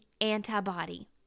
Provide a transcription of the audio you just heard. antibody